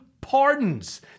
pardons